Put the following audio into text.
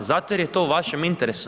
Zato jer je to u vašem interesu?